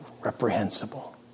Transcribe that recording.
reprehensible